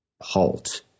halt